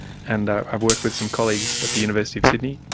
and i've worked with some colleagues at the university of sydney,